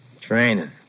Training